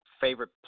favorite